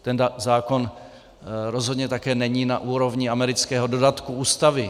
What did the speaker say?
Ten zákon rozhodně také není na úrovni amerického dodatku ústavy.